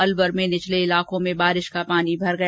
अलवर में निचले इलाकों में बारिश का पानी भर गया